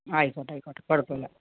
ആയിക്കോട്ടെ ആയിക്കോട്ടെ കുഴപ്പമില്ല